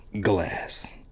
Glass